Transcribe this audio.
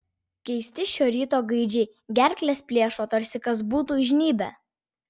keisti šio ryto gaidžiai gerkles plėšo tarsi kas būtų įžnybę